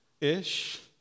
Ish